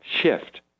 shift